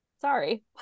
Sorry